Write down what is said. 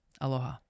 Aloha